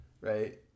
right